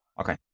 Okay